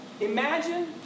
Imagine